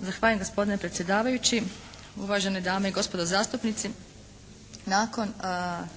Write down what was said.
Zahvaljujem gospodine predsjedavajući, uvažene dame i gospodo zastupnici. Nakon